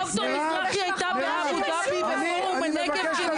דר' מזרחי הייתה באבו דאבי בפורום --- של